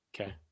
Okay